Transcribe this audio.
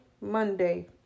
Monday